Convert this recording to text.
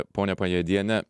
ponia pajediene